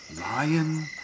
Lion